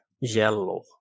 yellow